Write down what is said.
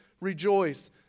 rejoice